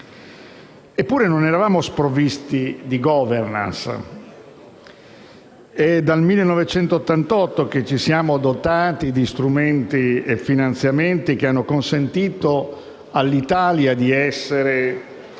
Eppure, non eravamo sprovvisti di *governance*. È dal 1988 che ci siamo dotati di strumenti e di finanziamenti che hanno consentito all'Italia di essere